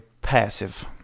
passive